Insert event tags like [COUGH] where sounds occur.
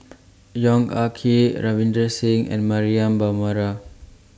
Yong Ah Kee Ravinder Singh and Mariam [UNINTELLIGIBLE]